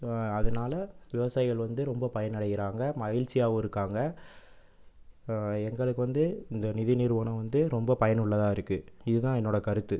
அதனால் விவசாயிகள் வந்து ரொம்ப பயன் அடைகிறாங்க மகிழ்ச்சியாகவும் இருக்காங்க எங்களுக்கு வந்து இந்த நிதி நிறுவனம் வந்து ரொம்ப பயனுள்ளதாக இருக்குது இது தான் என்னோடய கருத்து